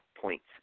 points